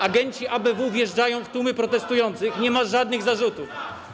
Agenci ABW wjeżdżają w tłumy protestujących, nie ma żadnych zarzutów.